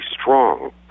strong